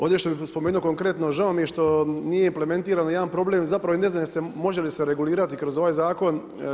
Ovdje što bih spomenuo konkretno, žao mi je što nije implementiran jedan problem, zapravo ne znam može li se regulirati kroz ovaj zakon.